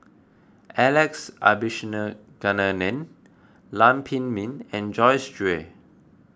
Alex Abisheganaden Lam Pin Min and Joyce Jue